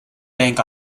bank